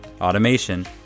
automation